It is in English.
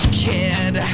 kid